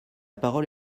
parole